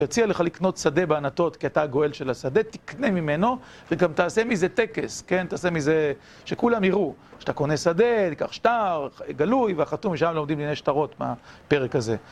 אני אציע לך לקנות שדה בענתות, כי אתה הגואל של השדה, תקנה ממנו, וגם תעשה מזה טקס, כן? תעשה מזה שכולם יראו. שאתה קונה שדה, תקח שטר, גלוי, והחתום, שם הם לומדים לנהל שטרות, בפרק הזה.